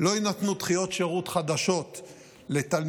לא יינתנו דחיות שירות חדשות לתלמידי